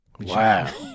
wow